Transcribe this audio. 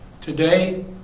Today